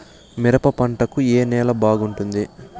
మిరప పంట కు ఏ నేల బాగుంటుంది?